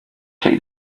take